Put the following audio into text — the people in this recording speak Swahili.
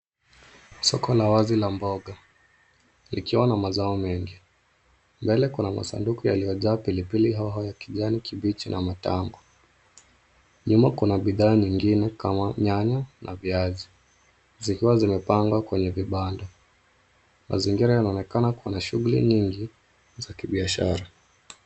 Soko la wazi la mboga likiwa na mazao mengi. Mbele kuna masanduku yaliyojaa pilipili hoho ya kijani kibichi na matango. Nyuma kuna bidhaa nyingine kama nyanya na viazi zikiwa zimepangwa kwenye vibanda. Mazingira yanaonekana kuwa na shughuli nyingi za kibiashara.